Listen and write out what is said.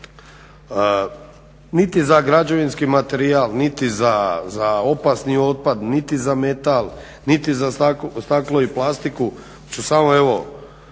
niti za građevinski materijal, niti za opasni otpad, niti za metal, niti za staklo i plastiku. Ja ću samo evo